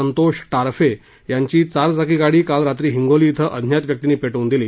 संतोष टारफे यांची चारचाकी गाडी काल रात्री हिंगोली इथं अज्ञात व्यक्तींनी पेटवून दिली